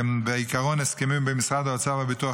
שהם בעיקרון הסכמים במשרד האוצר ובביטוח